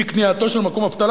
מקנייתו של מקום אבטלה,